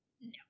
No